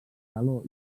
calor